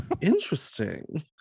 interesting